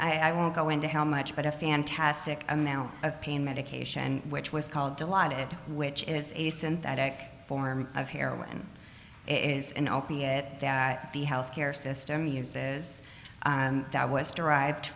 i won't go into how much but a fantastic amount of pain medication which was called delighted which is a synthetic form of heroin it is an opiate that the health care system uses that was derived